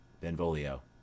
Benvolio